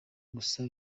gusa